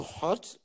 hot